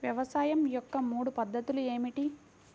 వ్యవసాయం యొక్క మూడు పద్ధతులు ఏమిటి?